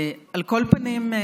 על כל פנים,